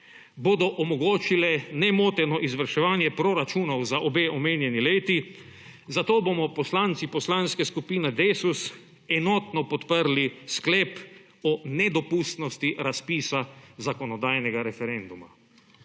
bodo omogočile nemoteno izvrševanje proračunov za obe omenjeni leti, zato bomo poslanci Poslanske skupine DeSUS enotno podprli sklep o nedopustnosti razpisa zakonodajnega referenduma.